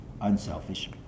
unselfish